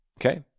okay